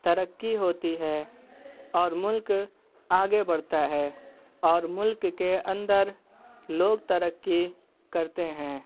ترقی ہوتی ہے اور ملک آگے بڑھتا ہے اور ملک کے اندر لوگ ترقی کرتے ہیں